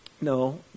no